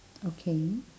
okay